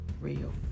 real